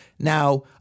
Now